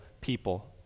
people